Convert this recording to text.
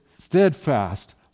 steadfast